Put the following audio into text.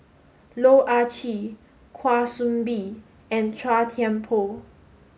Loh Ah Chee Kwa Soon Bee and Chua Thian Poh